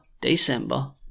december